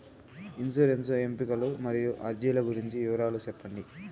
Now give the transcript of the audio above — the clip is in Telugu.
ఇన్సూరెన్సు ఎంపికలు మరియు అర్జీల గురించి వివరాలు సెప్పండి